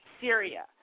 Syria